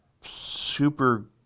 super